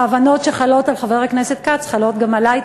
ההבנות שחלות על חבר הכנסת כץ חלות גם עלי.